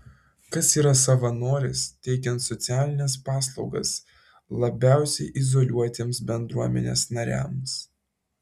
kas yra savanoris teikiant socialines paslaugas labiausiai izoliuotiems bendruomenės nariams